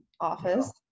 office